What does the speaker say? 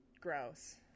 Gross